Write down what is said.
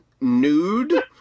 nude